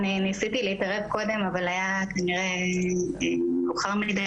אני ניסיתי להתערב קודם אבל היה כנראה מאוחר מידי,